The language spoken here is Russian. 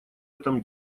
этом